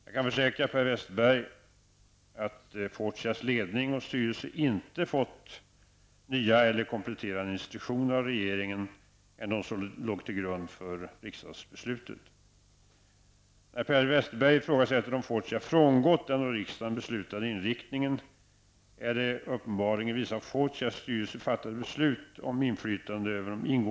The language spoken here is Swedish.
Jag kan försäkra Per Westerberg att Fortias ledning och styrelse inte fått nya eller kompletterande instruktioner av regeringen som skiljer sig från de som låg till grund för riksdagsbeslutet.